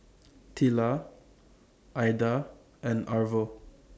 Tilla Aida and Arvo